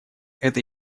это